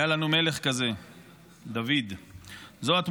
היה לנו מלך כזה, דוד.